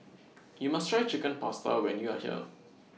YOU must Try Chicken Pasta when YOU Are here